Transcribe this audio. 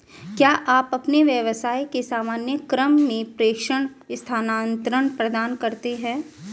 क्या आप अपने व्यवसाय के सामान्य क्रम में प्रेषण स्थानान्तरण प्रदान करते हैं?